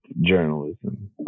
journalism